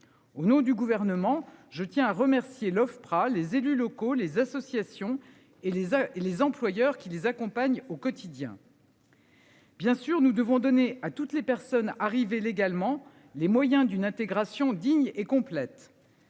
Au nom du gouvernement, je tiens à remercier l'Ofpra. Les élus locaux, les associations et les uns et les employeurs qui les accompagnent au quotidien.-- Bien sûr nous devons donner à toutes les personnes arrivées légalement les moyens d'une intégration dignes et complète.--